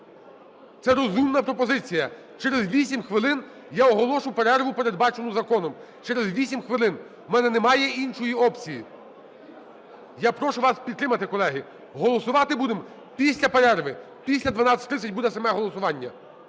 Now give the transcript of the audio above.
це розумна пропозиція. Через 8 хвилин я оголошу перерву, передбачену законом, через 8 хвилин. В мене немає іншої опції. Я прошу вас підтримати, колеги! Голосувати будемо після перерви, після 12:30 буде саме голосування.